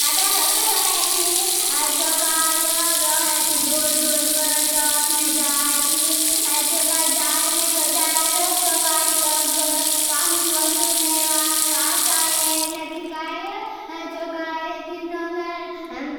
राडा रसो रहे की चोकाई रोहे ती दूर दूर पताख ने जाई ती। चोकाई जाई ने तो चार चोकाई काहनी वस्तुने वार आश्टाई ने ती काई चोकाई ती नोंग